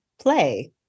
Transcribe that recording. play